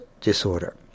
disorder